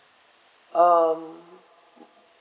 um